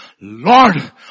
Lord